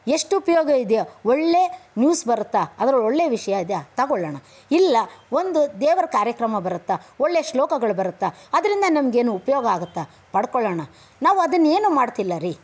ಎಷ್ಟು ಉಪಯೋಗ ಇದೆಯೋ ಒಳ್ಳೆಯ ನ್ಯೂಸ್ ಬರುತ್ತಾ ಅದ್ರಲ್ಲಿ ಒಳ್ಳೆ ವಿಷಯ ಇದೆಯಾ ತೊಗೊಳ್ಳೋಣ ಇಲ್ಲ ಒಂದು ದೇವರ ಕಾರ್ಯಕ್ರಮ ಬರುತ್ತಾ ಒಳ್ಳೆಯ ಶ್ಲೋಕಗಳು ಬರುತ್ತಾ ಅದರಿಂದ ನಮಗೇನು ಉಪಯೋಗ ಆಗುತ್ತಾ ಪಡ್ಕೊಳ್ಳೋಣ ನಾವು ಅದನ್ನೇನು ಮಾಡ್ತಿಲ್ಲ ರೀ